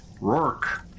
Rourke